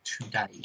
today